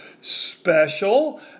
special